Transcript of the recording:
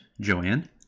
Joanne